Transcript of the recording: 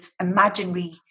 imaginary